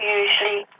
usually